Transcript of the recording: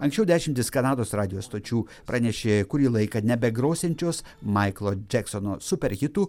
anksčiau dešimtys kanados radijo stočių pranešė kurį laiką nebegrosiančios maiklo džeksono super hitų